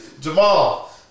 Jamal